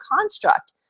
construct